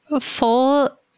Full